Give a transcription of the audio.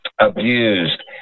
abused